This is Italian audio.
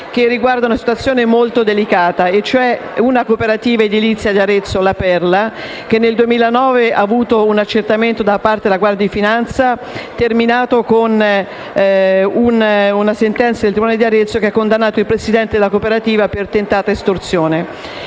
che riguarda una situazione molto delicata. Una cooperativa edilizia di Arezzo, La Perla, nel 2009 ha avuto un accertamento da parte della Guardia di finanza terminato con una sentenza del tribunale di Arezzo che ha condannato il Presidente della cooperativa per tentata estorsione.